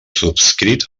subscrit